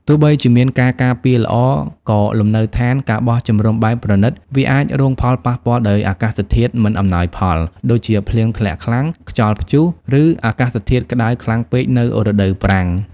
ទោះបីជាមានការការពារល្អ ក៏លំនៅដ្ឋាន ការបោះជំរំបែបប្រណីត វាអាចរងផលប៉ះពាល់ដោយអាកាសធាតុមិនអំណោយផល ដូចជាភ្លៀងធ្លាក់ខ្លាំង ខ្យល់ព្យុះ ឬអាកាសធាតុក្តៅខ្លាំងពេកនៅរដូវប្រាំង។